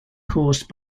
caused